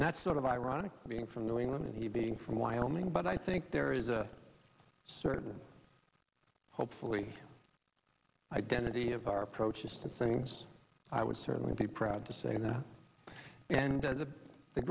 and that's sort of ironic being from new england and he being from wyoming but i think there is a certain hopefully identity of our approaches to things i would certainly be proud to say that and the the